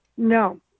No